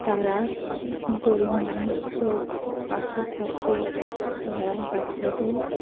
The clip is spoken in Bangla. তারা গরিব মানুষদের পাশে থাকে তারা বাচ্চাদের